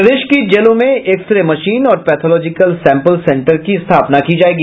प्रदेश के जेलों में एक्स रे मशीन और पेथोलॉजिकल सैंपल सेंटर की स्थापना की जायेगी